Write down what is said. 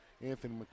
Anthony